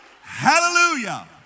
Hallelujah